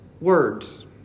words